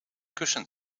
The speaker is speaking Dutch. kussen